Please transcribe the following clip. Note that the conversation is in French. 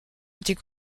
était